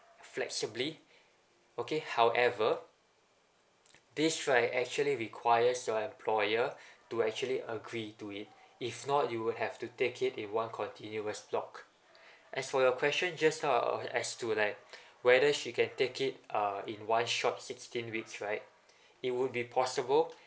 flexibly okay however this right actually requires your employer to actually agree to it if not you will have to take it in one continuous block as for your question just now as to like whether she can take it uh in one shot sixteen weeks right it would be possible